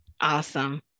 Awesome